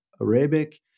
Arabic